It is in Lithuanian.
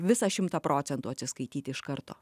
visą šimtą procentų atsiskaityti iš karto